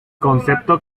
concepto